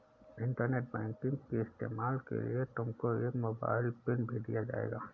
internet banking के इस्तेमाल के लिए तुमको एक मोबाइल पिन भी दिया जाएगा